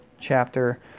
chapter